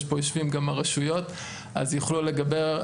יש פה יושבים גם הרשויות אז יוכלו לדבר.